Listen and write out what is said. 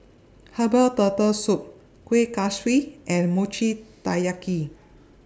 Herbal Turtle Soup Kueh Kaswi and Mochi Taiyaki